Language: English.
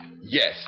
Yes